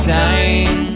time